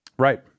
Right